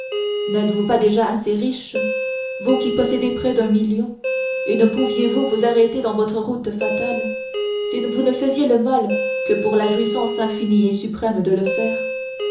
n'êtes-vous pas déjà assez riche vous qui possédez près d'un million et ne pouviez-vous vous arrêter dans votre route fatale si vous ne faisiez le mal que pour la jouissance infinie et suprême de le faire